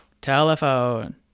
telephone